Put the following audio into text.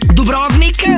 Dubrovnik